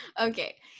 Okay